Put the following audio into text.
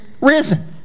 risen